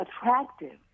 attractive